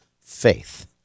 faith